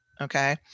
Okay